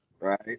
right